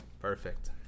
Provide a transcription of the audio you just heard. Perfect